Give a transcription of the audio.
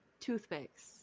toothpicks